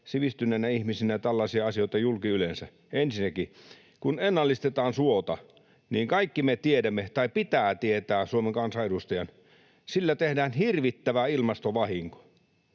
sivistyneinä ihmisinä tällaisia asioita julki yleensä? Ensinnäkin: Kun ennallistetaan suota, niin kaikki me tiedämme, tai pitää tietää Suomen kansanedustajan, että sillä tehdään hirvittävä ilmastovahinko.